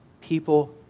people